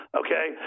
okay